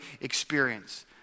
experience